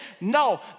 No